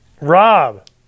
Rob